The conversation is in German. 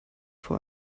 vor